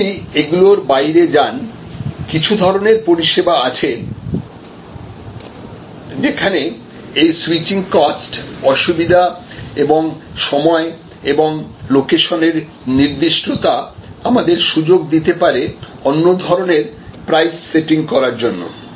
আপনি যদি এগুলোর বাইরে যান কিছু ধরনের পরিষেবা আছে যেখানে এই সুইচিং কস্ট অসুবিধে এবং সময় এবং লোকেশনের নির্দিষ্টতা আমাদের সুযোগ দিতে পারে অন্য ধরনের প্রাইস সেটিং করার জন্য